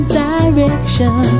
direction